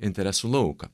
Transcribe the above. interesų lauką